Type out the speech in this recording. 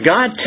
God